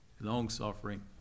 long-suffering